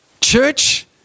church